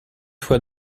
fois